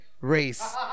race